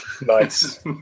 Nice